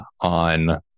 on